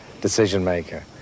decision-maker